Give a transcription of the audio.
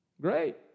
Great